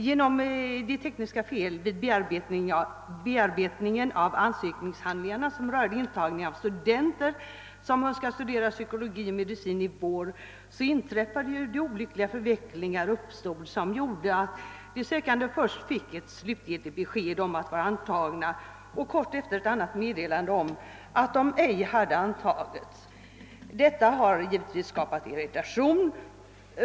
Genom tekniska fel vid bearbetningen av ansökningshandlingar som rörde intagning av studenter vilka önskade studera psykologi och medicin innevarande vårtermin uppstod olyckliga förvecklingar, i det att vissa sökande först fick ett slutgiltigt besked om att de var antagna och kort därefter ett annat meddelande om att de icke hade antagits. Detta har givetvis skapat irritation.